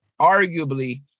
arguably